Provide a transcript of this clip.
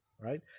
right